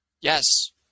Yes